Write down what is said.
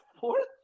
fourth